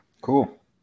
Cool